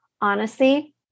honesty